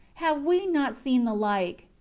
have we not seen the like.